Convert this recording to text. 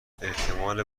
احتمال